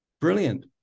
Brilliant